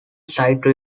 side